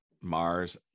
Mars